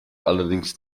allerdings